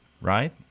Right